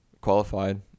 qualified